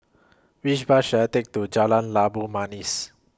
Which Bus should I Take to Jalan Labu Manis